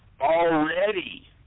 already